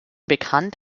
bekannt